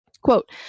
Quote